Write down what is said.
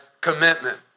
commitment